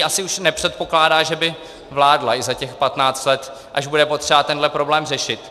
Asi už nepředpokládá, že by vládla i za těch patnáct let, až bude potřeba tenhle problém řešit.